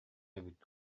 эбит